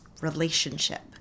relationship